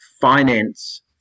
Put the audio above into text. finance